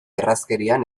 errazkerian